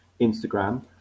Instagram